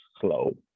slow